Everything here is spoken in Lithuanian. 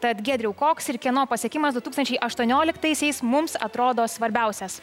tad giedriau koks ir kieno pasiekimas du tūkstančiai aštuonioliktaisiais mums atrodo svarbiausias